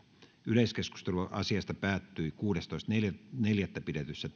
yleiskeskustelu asiasta päättyi kuudestoista neljättä kaksituhattakaksikymmentä pidetyssä